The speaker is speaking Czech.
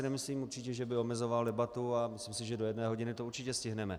Nemyslím si určitě, že by omezoval debatu, a myslím si, že do jedné hodiny to určitě stihneme.